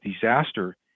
disaster